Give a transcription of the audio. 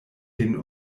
den